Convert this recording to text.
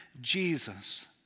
Jesus